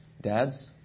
Dads